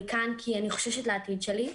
אני כאן כי אני חוששת לעתיד שלי,